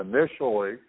Initially